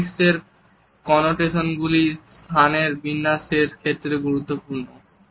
proxemics এর কনোটেশনগুলি স্থানের বিন্যাসের ক্ষেত্রেও গুরুত্বপূর্ণ